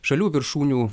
šalių viršūnių